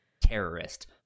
terrorist